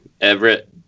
everett